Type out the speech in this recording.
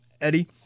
Eddie